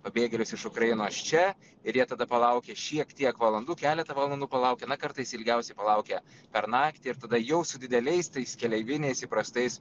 pabėgėlius iš ukrainos čia ir jie tada palaukia šiek tiek valandų keletą valandų palaukia na kartais ilgiausiai palaukia per naktį ir tada jau su dideliais tais keleiviniais įprastais